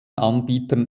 anbietern